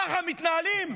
ככה מתנהלים?